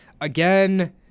again